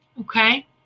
Okay